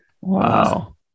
Wow